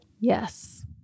Yes